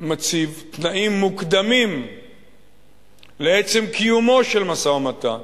מציב תנאים מוקדמים לעצם קיומו של משא-ומתן,